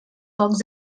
pocs